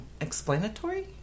explanatory